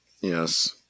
Yes